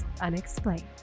Unexplained